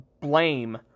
blame